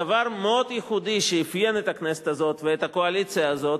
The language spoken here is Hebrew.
הדבר המאוד-ייחודי שאפיין את הכנסת הזאת ואת הקואליציה הזאת,